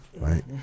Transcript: right